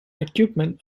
equipment